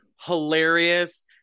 hilarious